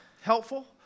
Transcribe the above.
helpful